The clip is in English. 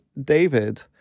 David